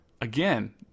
again